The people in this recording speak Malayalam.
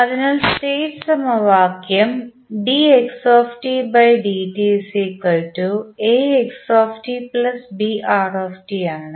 അതിനാൽ സ്റ്റേറ്റ് സമവാക്യംആണ്